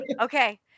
Okay